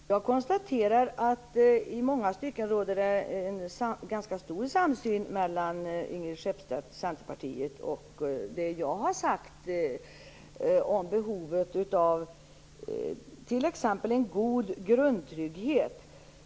Fru talman! Jag konstaterar att det i många stycken råder en ganska stor samsyn mellan Inger Skeppstedt från Centerpartiet och det jag har sagt om behovet av t.ex. en god grundtrygghet.